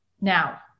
Now